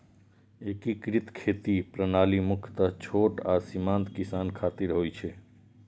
एकीकृत खेती प्रणाली मुख्यतः छोट आ सीमांत किसान खातिर होइ छै